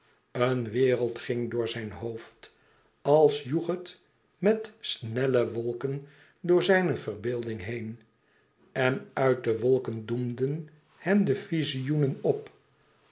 een wereld ging door zijn hoofd als joeg het met snelle wolken door zijne verbeelding heen en uit die wolken doemden hem vizioenen op